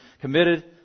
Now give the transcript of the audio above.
committed